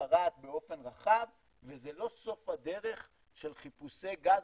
משתרעת באופן רחב וזה לא סוף הדרך של חיפושי גז,